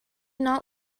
not